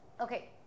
Okay